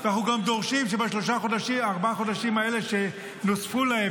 אנחנו גם דורשים שבארבעה חודשים האלה שנוספו להם,